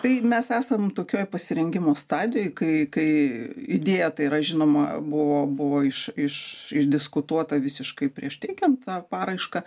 tai mes esam tokioj pasirengimo stadijoj kai kai idėja tai yra žinoma buvo buvo iš iš išdiskutuota visiškai prieš teikiant tą paraišką